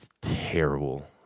terrible